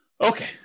Okay